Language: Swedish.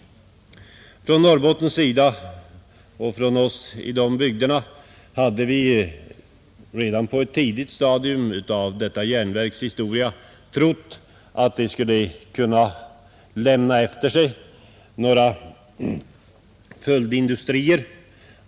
Vi i Norrbotten trodde redan på ett tidigt stadium av detta järnverks historia att det skulle kunna föra med sig några följdindustrier.